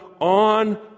on